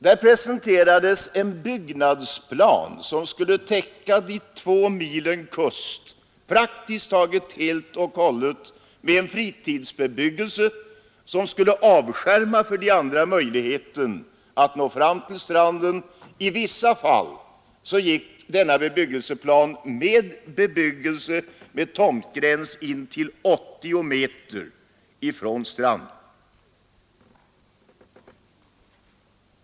Där presenterades en byggnadsplan som skulle täcka de två milen kust praktiskt taget helt och hållet med en fritidsbebyggelse som skulle avskärma möjligheten för andra människor att nå fram till stranden. I vissa fall gick enligt byggnadsplanen bebyggelsen med tomtgräns intill 80 m från stranden.